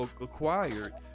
acquired